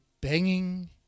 banging